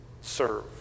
Serve